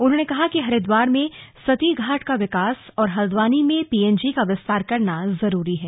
उन्होंने कहा कि हरिद्वार में सती घाट का विकास और हल्द्वानी में पीएनजी का विस्तार करना जरूरी है